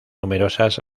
numerosas